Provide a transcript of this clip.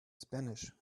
spanish